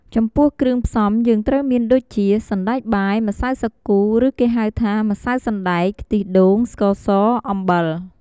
ចំពោះគ្រឿងផ្សំយើងត្រូវមានដូចជា សណ្តែកបាយ ម្សៅសាគូ ឬ គេហៅថា ម្សៅសណ្តែក ខ្ទិះដូង ស្ករស អំបិល។